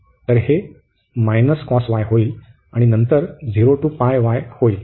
तर हे होईल आणि नंतर y होईल